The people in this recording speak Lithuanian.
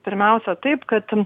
pirmiausia taip kad